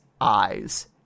eyes